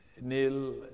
Neil